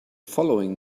following